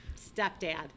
stepdad